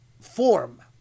form